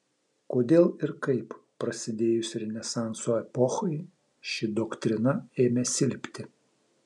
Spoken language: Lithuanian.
kodėl ir kaip prasidėjus renesanso epochai ši doktrina ėmė silpti